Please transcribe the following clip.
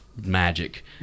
magic